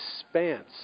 expanse